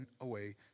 away